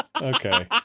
okay